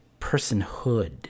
personhood